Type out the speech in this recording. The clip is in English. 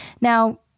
Now